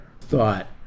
thought